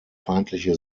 feindliche